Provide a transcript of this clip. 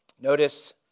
Notice